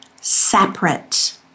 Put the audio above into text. separate